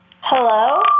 Hello